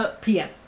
PM